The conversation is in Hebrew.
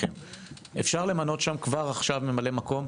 אפשר למנות כבר עכשיו ממלא מקום,